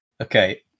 Okay